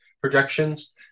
projections